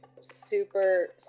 super